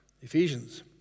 Ephesians